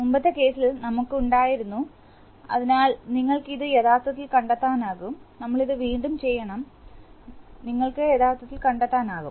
മുമ്പത്തെ കേസിൽ നമുക്ക് ഉണ്ടായിരുന്നു അതിനാൽ നിങ്ങൾക്ക് ഇത് യഥാർത്ഥത്തിൽ കണ്ടെത്താനാകും നമ്മൾ ഇത് വീണ്ടും ചെയ്യണം ഞങ്ങൾക്ക് യഥാർത്ഥത്തിൽ കണ്ടെത്താനാകും